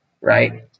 right